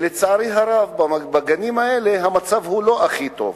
לצערי הרב, המצב בגנים הפרטיים הוא לא הכי טוב.